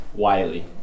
Wiley